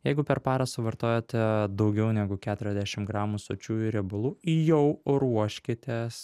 jeigu per parą suvartojate daugiau negu keturiasdešim gramų sočiųjų riebalų jau ruoškitės